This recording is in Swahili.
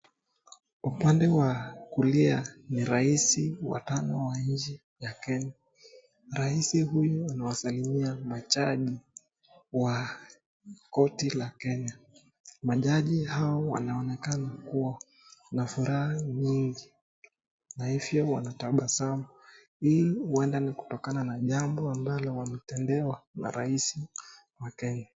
Upande wa kulia ni raisi wa tano wa nchi ya Kenya. Raisi huyu anawasalimia majaji wa koti la Kenya. Majaji hawa wanaonekana kuwa na furaha nyingi na hivyo wanatabasamu, hii huenda ni kutokana na jambo wametendewa na raisi wa Kenya.